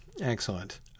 Excellent